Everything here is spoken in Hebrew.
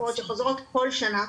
הצפות שחוזרות כל שנה.